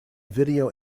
video